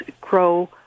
grow